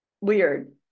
Weird